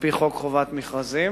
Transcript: על-פי חוק חובת מכרזים.